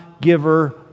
giver